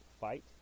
fight